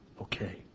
Okay